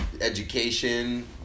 education